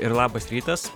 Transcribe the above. ir labas rytas